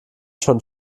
schon